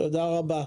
תודה רבה.